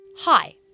Hi